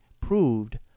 proved